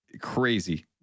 crazy